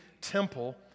temple